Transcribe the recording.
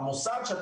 והמוסד שבו